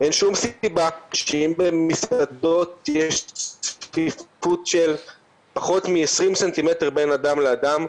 אין שום סיבה שאם במסעדות יש צפיפות של פחות מ-20 ס"מ בין אדם לאדם,